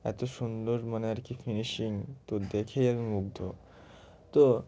এত সুন্দর মানে আর কি ফিনিশিং তো দেখেই আমি মুগ্ধ তো